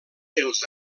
els